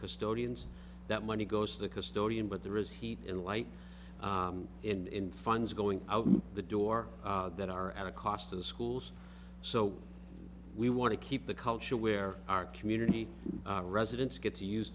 custodians that money goes to the custodian but there is heat and light in funds going out the door that are at a cost to the schools so we want to keep the culture where our community residents get to use